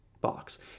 box